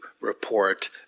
report